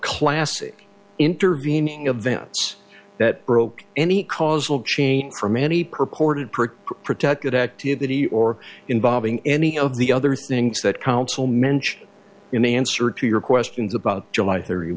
classic intervening events that broke any causal chain from any purported pretty protected activity or involving any of the other things that counsel mention in answer to your questions about july thirty